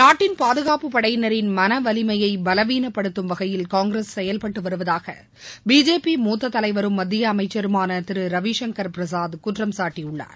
நாட்டின் பாதுகாப்பு படையினரின் மனவலிமையை பலவீனப்படுத்தும் வகையில் காங்கிரஸ் செயல்பட்டு வருவதாக பிஜேபி மூத்த தலைவரும் மத்திய அமைச்சருமான திரு ரவிசங்கர் பிரசாத் குற்றம்சாட்டியுள்ளார்